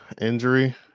injury